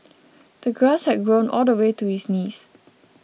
the grass had grown all the way to his knees